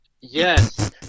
Yes